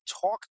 talk